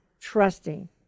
trusting